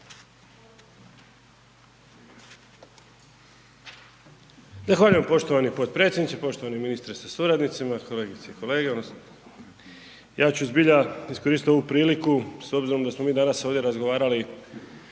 Zahvaljujem. Poštovani potpredsjedniče, poštovani ministre sa suradnicima, kolegice i kolege. Ja ću zbilja iskoristiti ovu priliku s obzirom da smo mi danas ovdje razgovarali